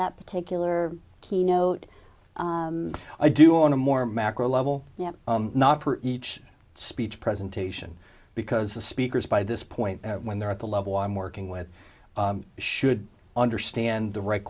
that particular keynote i do on a more macro level not for each speech presentation because the speakers by this point when they're at the level i'm working with should understand the right